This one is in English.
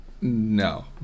No